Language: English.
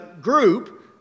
group